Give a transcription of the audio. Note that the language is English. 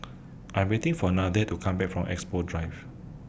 I'm waiting For Nathanael to Come Back from Expo Drive